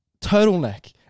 turtleneck